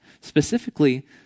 specifically